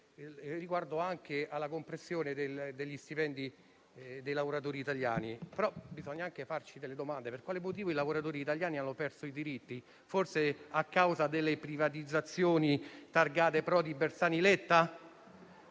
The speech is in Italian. volo) e anche la compressione degli stipendi dei lavoratori italiani, però dobbiamo anche chiederci per quale motivo i lavoratori italiani hanno perso diritti: forse a causa delle privatizzazioni targate Prodi, Bersani, Letta,